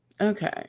okay